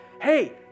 hey